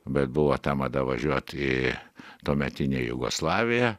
bet buvo ta mada važiuot į tuometinę jugoslaviją